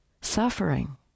suffering